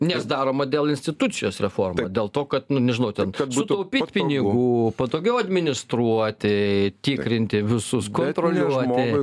nes daroma dėl institucijos reforma dėl to kad nu nežinau ten sutaupyt pinigų patogiau administruoti tikrinti visus kontroliuoti